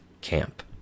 camp